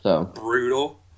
Brutal